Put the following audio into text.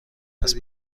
درس